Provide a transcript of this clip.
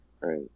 right